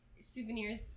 souvenirs